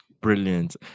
brilliant